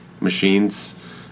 machines